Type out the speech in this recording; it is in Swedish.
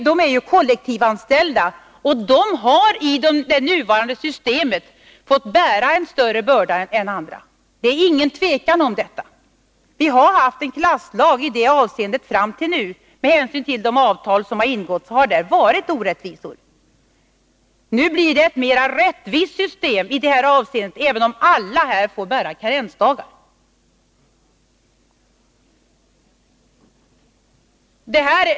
De är ju kollektivanställda, och de har i det nuvarande systemet fått bära en större börda än andra. Det råder ingen tvekan om detta. Vi har haft en klasslag i det avseendet fram till nu. Med hänsyn till de avtal som ingåtts har där funnits orättvisor. Nu blir det ett mer rättvist system, även om alla här får bära karensdagarna.